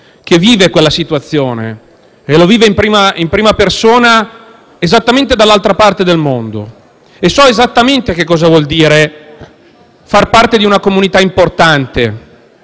che vive quella situazione in prima persona, esattamente dall'altra parte del mondo - che so esattamente cosa vuol dire far parte di una comunità importante,